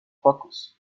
focus